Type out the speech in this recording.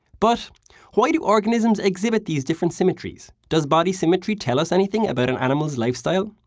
but why do organisms exhibit these different symmetries? does body symmetry tell us anything about an animal's lifestyle?